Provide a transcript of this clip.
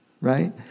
Right